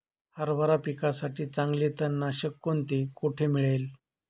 हरभरा पिकासाठी चांगले तणनाशक कोणते, कोठे मिळेल?